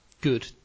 good